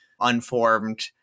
unformed